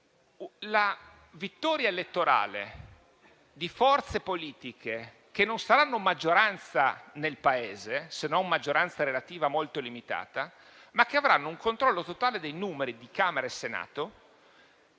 la vittoria elettorale di forze politiche che non saranno maggioranza nel Paese, se non maggioranza relativa molto limitata, ma che avranno un controllo totale dei numeri di Camera e Senato